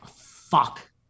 fuck